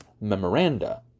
memoranda